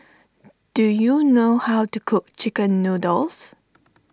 do you know how to cook Chicken Noodles